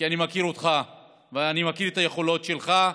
כי אני מכיר אותך ואני מכיר את היכולות שלך.